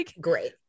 great